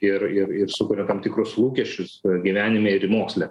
ir ir ir sukuria tam tikrus lūkesčius gyvenime ir moksle